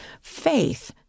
faith